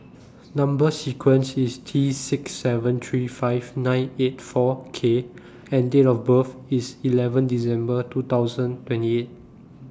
Number sequence IS T six seven three five nine eight four K and Date of birth IS eleven December two thousand twenty eight